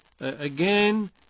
again